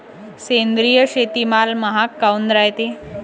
सेंद्रिय शेतीमाल महाग काऊन रायते?